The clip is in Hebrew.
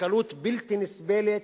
בקלות בלתי נסבלת.